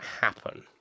happen